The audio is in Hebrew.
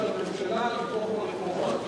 החלטה של הממשלה לתמוך ברפורמה הזאת,